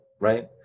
right